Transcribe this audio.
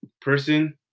person